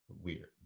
weird